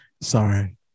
Sorry